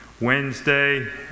Wednesday